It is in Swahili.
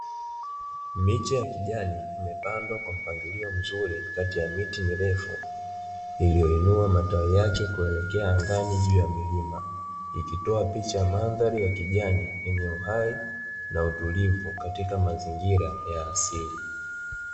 Miche ya kijani imepandwa kwa mpangilio mzuri kati ya miti mirefu iliyoinua matawi yake kuelekea angani juu ya milima. Ikitoa picha ya Mandhari ya kijani yenye uhai na utulivu katika mazingira ya asili.